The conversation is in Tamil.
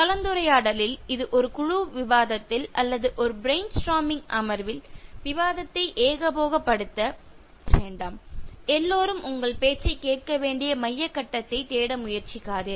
கலந்துரையாடலில் இது ஒரு குழு விவாதத்தில் அல்லது ஒரு பிரைன் ஸ்ட்ரோமிங் brain storming அமர்வில் விவாதத்தை ஏகபோகப்படுத்த வேண்டாம் எல்லோரும் உங்கள் பேச்சைக் கேட்க வேண்டிய மைய கட்டத்தைத் தேட முயற்சிக்காதீர்கள்